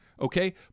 okay